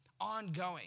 Ongoing